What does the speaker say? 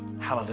Hallelujah